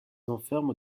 enferment